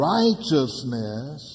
righteousness